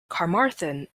carmarthen